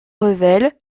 revel